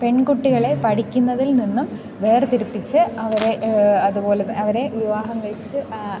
പെൺകുട്ടികളെ പഠിക്കുന്നതിൽ നിന്നും വേർതിരിപ്പിച്ച് അവരെ അതുപോലെ അവരെ വിവാഹം കഴിച്ച് ആ